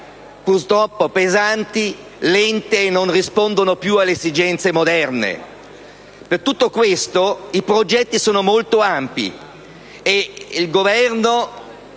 purtroppo pesanti e lente e non rispondono più ad esigenze moderne. Per tutto questo, i progetti sono molto ampi ed il Governo